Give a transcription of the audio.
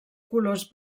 colors